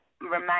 remain